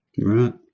Right